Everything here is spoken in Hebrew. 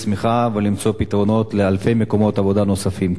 צמיחה ולמצוא פתרונות לאלפי מקומות עבודה נוספים.